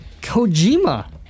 Kojima